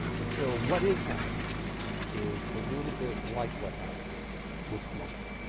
and so what is happening is a little bit like what happens with smoking.